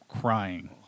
crying